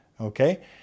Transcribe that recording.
Okay